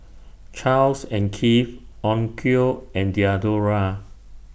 Charles and Keith Onkyo and Diadora